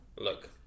Look